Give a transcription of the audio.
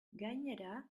gainera